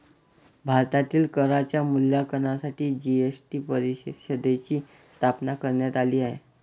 भारतातील करांच्या मूल्यांकनासाठी जी.एस.टी परिषदेची स्थापना करण्यात आली आहे